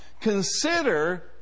Consider